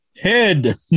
head